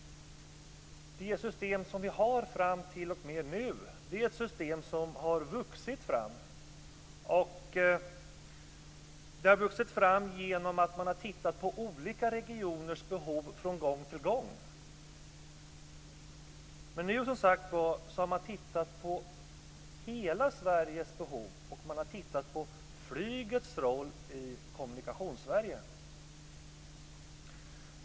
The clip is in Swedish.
Det system som vi hittills haft är ett system som har vuxit fram genom att man från gång till gång har tittat på olika regioners behov. Men nu, som sagt, har man tittat på hela Sveriges behov. Man har också tittat på flygets roll i Kommunikationssverige.